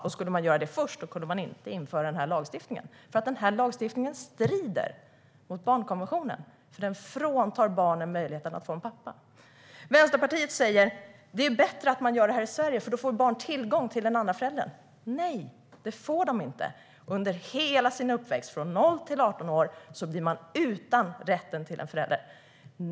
Om man skulle ha gjort det först skulle man inte ha kunnat införa den här lagstiftningen, för den strider mot barnkonventionen och fråntar barnen möjligheten att få en pappa. Vänsterpartiet säger att det är bättre att man får assisterad befruktning i Sverige, för då får barnen tillgång till den andra föräldern. Nej, det får de inte. Under hela uppväxten, från 0-18 år, blir man utan rätten till en förälder.